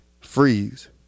Freeze